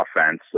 offense